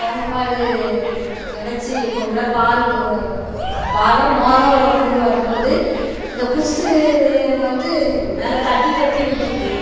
கொங்கு மாடு இணைச்சு பொம்பளை பால் பாலோ மோரோ கொண்டு வரும் போது இந்த குர்ஸு வந்து மேலே தட்டி தட்டி விட்ருக்கு